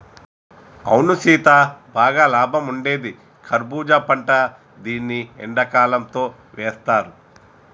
అవును సీత బాగా లాభం ఉండేది కర్బూజా పంట దీన్ని ఎండకాలంతో వేస్తారు